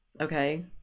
okay